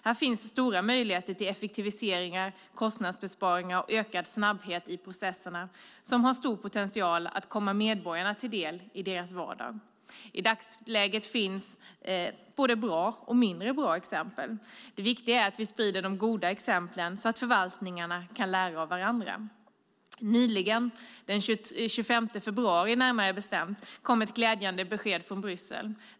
Här finns stora möjligheter till effektiviseringar, kostnadsbesparingar och ökad snabbhet i processerna som har stor potential att komma medborgarna till del i deras vardag. I dagsläget finns både bra och mindre bra exempel. Det viktiga är att vi sprider de goda exemplen så att förvaltningarna kan lära av varandra. Nyligen, närmare bestämt den 25 februari, kom ett glädjande besked från Bryssel.